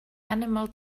animals